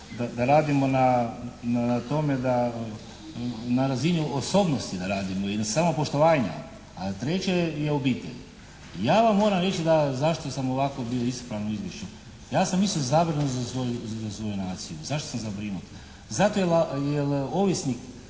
da, na razini osobnosti da radimo i na samopoštovanje, a treće je obitelj. Ja vam moram reći da zašto sam ovako bio ispravan u izvješću. Ja sam isto zabrinut za svoju naciju. Zašto sam zabrinut? Zato jer ovisnik